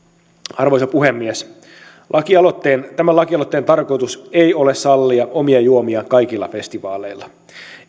arvoisa puhemies tämän lakialoitteen tarkoitus ei ole sallia omia juomia kaikilla festivaaleilla